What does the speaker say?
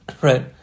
Right